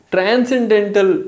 Transcendental